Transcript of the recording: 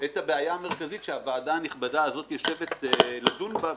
את הבעיה המרכזית שהוועדה הנכבדה הזאת יושבת לדון בה,